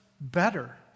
better